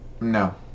No